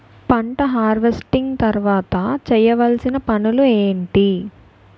పంట హార్వెస్టింగ్ తర్వాత చేయవలసిన పనులు ఏంటి?